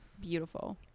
Beautiful